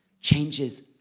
changes